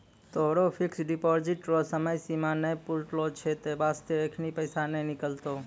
तोहरो fixed deposit रो समय सीमा नै पुरलो छौं है बास्ते एखनी पैसा नै निकलतौं